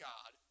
God